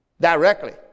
directly